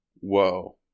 Whoa